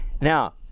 Now